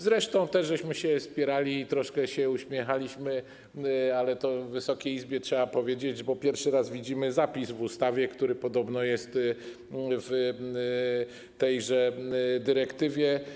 Zresztą też spieraliśmy się, troszkę się uśmiechaliśmy, ale to Wysokiej Izbie trzeba powiedzieć, bo pierwszy raz widzimy przepis w ustawie, który podobno jest w tejże dyrektywie.